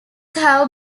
have